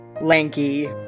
lanky